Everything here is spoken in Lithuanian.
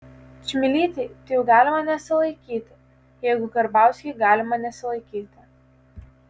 čmilytei tai jau galima nesilaikyti jeigu karbauskiui galima nesilaikyti